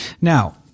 Now